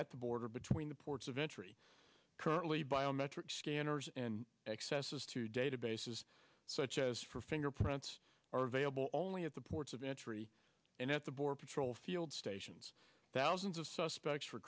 at the border between the ports of entry currently biometric scanners and access to databases such as for fingerprints are available only at the ports of entry and at the border patrol field stations thousands of suspects for